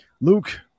Luke